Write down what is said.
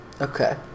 Okay